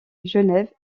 genève